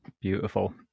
Beautiful